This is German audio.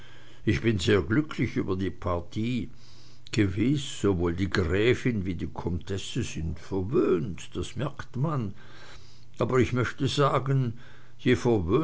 ich bin sehr glücklich über die partie gewiß sowohl die gräfin wie die comtesse sind verwöhnt das merkt man aber ich möchte sagen